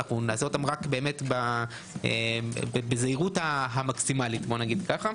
נעשה אותם באמת רק בזהירות המקסימלית, נגיד ככה.